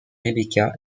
rebecca